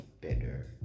better